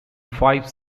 five